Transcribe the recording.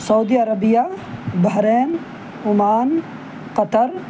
Saudi Arabia Bahrain Oman Qatar